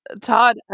Todd